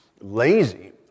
lazy